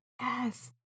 Yes